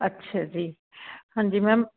ਅੱਛਾ ਜੀ ਹਾਂਜੀ ਮੈਮ